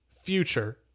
future